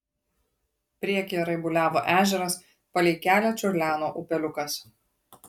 priekyje raibuliavo ežeras palei kelią čiurleno upeliukas